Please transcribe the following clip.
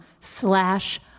slash